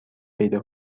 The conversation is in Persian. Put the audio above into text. پیدا